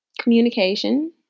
Communication